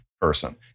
person